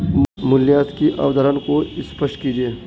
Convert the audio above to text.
मूल्यह्रास की अवधारणा को स्पष्ट कीजिए